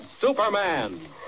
Superman